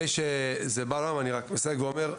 אני מסייג ואומר,